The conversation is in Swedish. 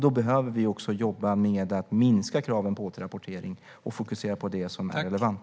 Då behöver vi också jobba med att minska kraven på återrapportering och fokusera på det som är relevant.